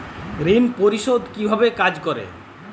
ঋণ পরিশোধ কিভাবে কাজ করে?